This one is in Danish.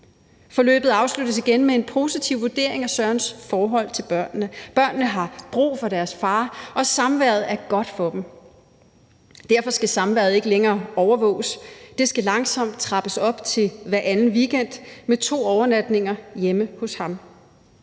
Forløbet afsluttes igen med en positiv vurdering af Sørens forhold til børnene. Børnene har brug for deres far, og samværet er godt for dem. Derfor skal samværet ikke længere overvåges; det skal langsomt trappes op til hver anden weekend med to overnatninger hjemme hos ham.